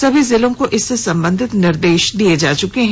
सभी जिलों को इससे संबधित निर्देश दिया जा चुका है